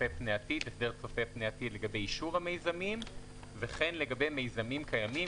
הסדר צופה פני עתיד לגבי אישור המיזמים וכן לגבי מיזמים קיימים,